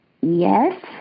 Yes